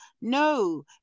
no